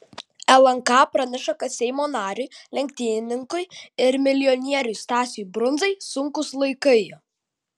lnk praneša kad seimo nariui lenktynininkui ir milijonieriui stasiui brundzai sunkūs laikai